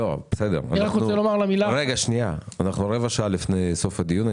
אנחנו רבע שעה לפני סוף הדיון,